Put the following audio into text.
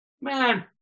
man